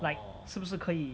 like 是不是可以